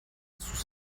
sus